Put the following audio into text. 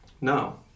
No